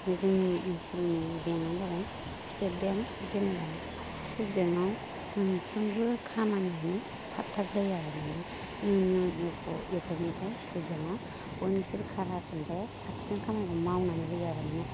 बे जोंनि ओनसोलनि बेंकआनो जाबाय स्टेट बेंक जेन'बा स्टेट बेंकआव मोनफ्रोमबो खामानियानो थाब थाब जायो आरो नोङो इउनियन इउक' बेफोरनिफ्राय स्टेट बेंकआ बयनिफ्रायबो खारहासिनबो साबसिन खामानिखौ मावनानै होयो आरो मानि